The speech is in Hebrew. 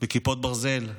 בכיפות ברזל,